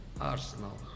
Arsenal